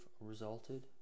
resulted